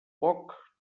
poc